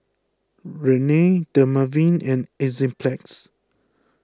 Rene Dermaveen and Enzyplex